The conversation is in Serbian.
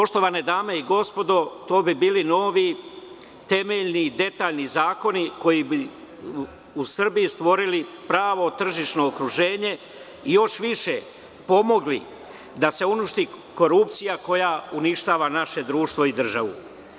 Poštovane dame i gospodo, to bi bili novi temeljni, detaljni zakoni koji bi u Srbiji stvorili pravo tržišno okruženje i još više pomogli da se uništi korupcija koja uništava naše društvo i državu.